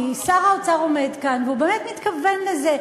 כי שר האוצר עומד כאן והוא באמת מתכוון לזה,